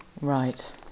Right